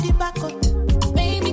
baby